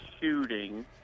shooting